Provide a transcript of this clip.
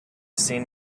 seen